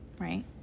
right